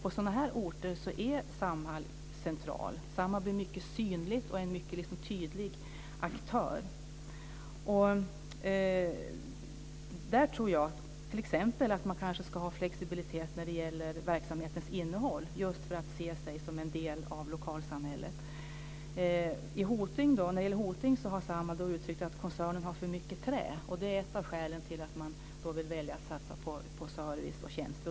På sådana här orter är Samhall centralt. Samhall blir mycket synligt, och är en tydlig aktör. Jag tror att man t.ex. ska ha flexibilitet när det gäller verksamhetens innehåll just för att se sig som en del av lokalsamhället. I Hoting har Samhall uttryckt att koncernen har för mycket trä. Det är ett av skälen till att man väljer att satsa på service och tjänster.